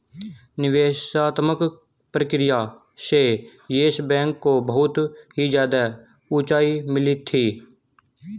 निवेशात्मक प्रक्रिया से येस बैंक को बहुत ही ज्यादा उंचाई मिली थी